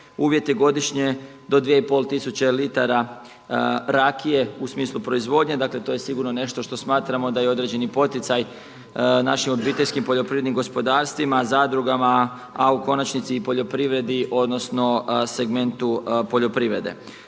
Uvjet je godišnje do 2,5 tisuće litara rakije u smislu proizvodnje. Dakle, to je sigurno nešto što smatramo da je određeni poticaj našim obiteljskim poljoprivrednim gospodarstvima, zadrugama, a u konačnici i poljoprivredi odnosno segmentu poljoprivrede.